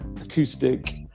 acoustic